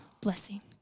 blessing